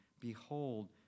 behold